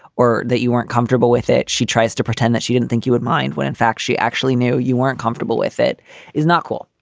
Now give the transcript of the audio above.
or that you weren't comfortable with it. she tries to pretend that she didn't think you would mind when in fact she actually knew you weren't comfortable with it is not cool.